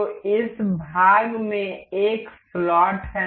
तो इस भाग में एक स्लॉट है